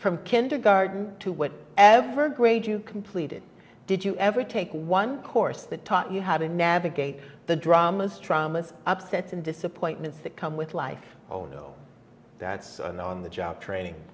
from kindergarten to what ever grade you completed did you ever take one course that taught you how to navigate the dramas traumas upsets and disappointments that come with life oh no that's on the on the job training